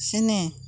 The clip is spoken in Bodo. स्नि